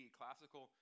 classical